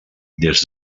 des